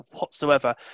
whatsoever